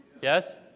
Yes